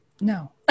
No